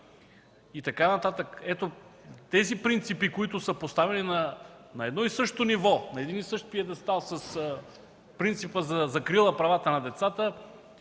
и така нататък. Ето тези принципи, които са поставени на едно и също ниво, на един и същи пиедестал с принципа за закрила правата на децата